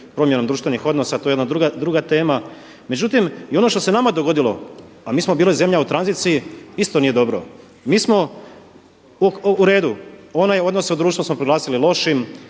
promjenom društvenih odnosa, to je jedna druga tema. Međutim i ono što se nama dogodilo, a mi smo bili zemlja u tranziciji isto nije dobro. Mi smo, u redu, onaj odnos u društvu smo proglasili lošim,